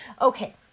Okay